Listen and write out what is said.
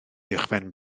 uwchben